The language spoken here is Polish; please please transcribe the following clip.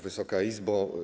Wysoka Izbo!